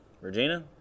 Regina